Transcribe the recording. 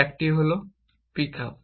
একটি হল পিকআপ